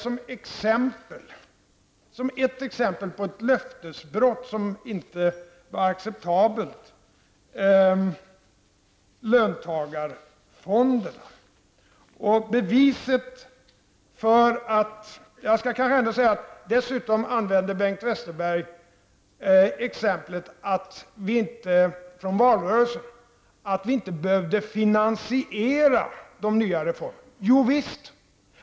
Som ett exempel på löftesbrott som inte var acceptabelt använde Bengt Westerberg löntagarfonderna. Dessutom anförde Bengt Westerberg som exempel att jag skulle ha sagt i valrörelsen att vi inte behövde finansiera de nya reformerna. Jo, visst måste vi göra det.